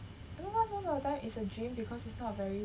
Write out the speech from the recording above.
because most of the time is a dream because it's not very